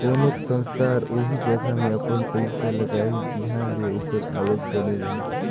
कोनोच संस्था हर ओही जगहा में अपन पइसा लगाही जिंहा ले ओकर आवक बने रहें